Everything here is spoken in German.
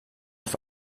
auf